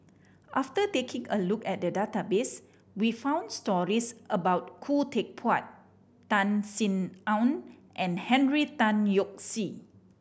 after taking a look at the database we found stories about Khoo Teck Puat Tan Sin Aun and Henry Tan Yoke See